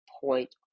point